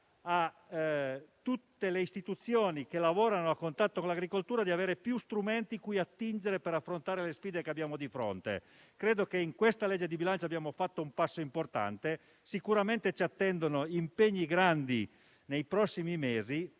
a tutte le istituzioni che lavorano a contatto con l'agricoltura di avere più strumenti cui attingere per affrontare le sfide che abbiamo di fronte. Ritengo che in questa legge di bilancio abbiamo fatto un passo importante. Sicuramente ci attendono impegni grandi nei prossimi mesi,